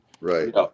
right